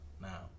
now